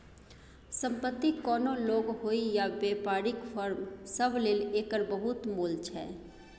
संपत्ति कोनो लोक होइ या बेपारीक फर्म सब लेल एकर बहुत मोल छै